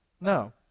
no